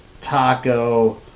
Taco